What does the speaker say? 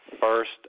first